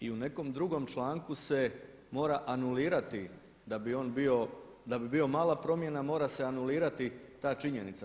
I u nekom drugom članku se mora anulirati da bi on bio, da bi bio mala promjena mora se anulirati ta činjenica.